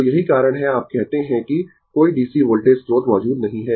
तो यही कारण है आप कहते है कि कोई DC वोल्टेज स्रोत मौजूद नहीं है